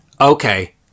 okay